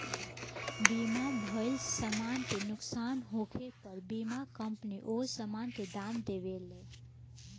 बीमा भइल समान के नुकसान होखे पर बीमा कंपनी ओ सामान के दाम देवेले